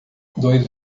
dois